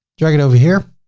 drag it over here.